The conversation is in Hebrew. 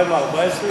מתקציב שוטף של 2014,